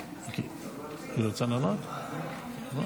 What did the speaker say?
אין מתנגדים.